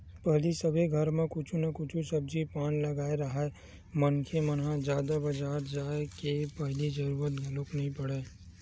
पहिली सबे घर म कुछु न कुछु सब्जी पान लगाए राहय मनखे मन ह जादा बजार जाय के पहिली जरुरत घलोक नइ पड़य